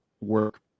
work